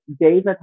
David